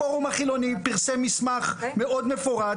הפורום החילוני פרסם מסמך מאוד מפורט